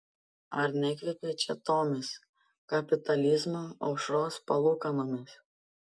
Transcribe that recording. ar nekvepia čia tomis kapitalizmo aušros palūkanomis